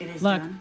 Look